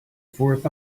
forth